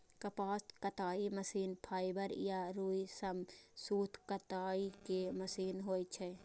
कपास कताइ machine fibre या रुइ सं सूत कताइ के मशीन होइ छै